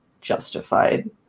justified